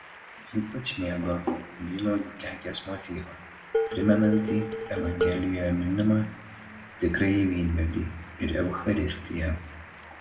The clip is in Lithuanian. ypač mėgo vynuogių kekės motyvą primenantį evangelijoje minimą tikrąjį vynmedį ir eucharistiją